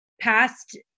past